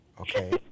okay